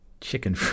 chicken